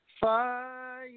FIRE